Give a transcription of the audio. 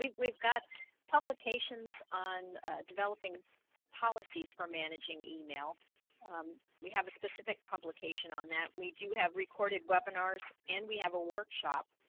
we've we've got publications on developing policies for managing email um we have a specific publication on that. we do have recorded webinars and we have a workshop.